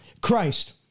Christ